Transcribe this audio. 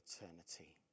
eternity